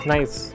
Nice